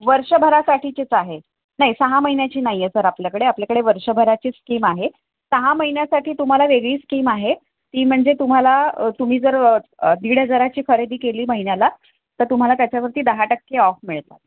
वर्षभरासाठीचीच आहे नाही सहा महिन्याची नाही आहे सर आपल्याकडे आपल्याकडे वर्षभराची स्कीम आहे सहा महिन्यासाठी तुम्हाला वेगळी स्कीम आहे ती म्हणजे तुम्हाला तुम्ही जर दीड हजाराची खरेदी केली महिन्याला तर तुम्हाला त्याच्यावरती दहा टक्के ऑफ मिळतात